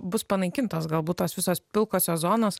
bus panaikintos galbūt tos visos pilkosios zonos